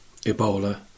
Ebola